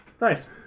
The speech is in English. Nice